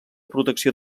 protecció